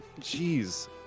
Jeez